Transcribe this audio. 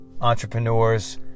entrepreneurs